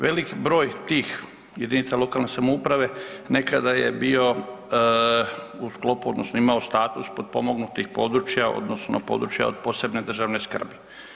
Velik broj tih jedinica lokalne samouprave nekada je bio u sklopu odnosno imao status potpomognutih područja odnosno područja od posebne državne skrbi.